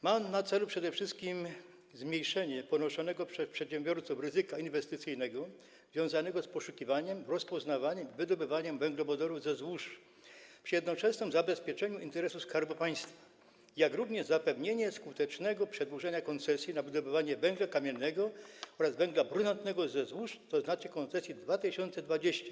Ma on na celu przede wszystkim zmniejszenie ponoszonego przez przedsiębiorców ryzyka inwestycyjnego związanego z poszukiwaniem, rozpoznawaniem, wydobywaniem węglowodorów ze złóż, przy jednoczesnym zabezpieczeniu interesu Skarbu Państwa, jak również zapewnienie skutecznego przedłużenia koncesji na wydobywanie węgla kamiennego oraz węgla brunatnego ze złóż, tzn. koncesji 2020.